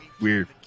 weird